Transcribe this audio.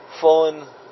fallen